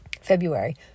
February